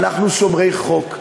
ואנחנו שומרי חוק,